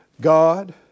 God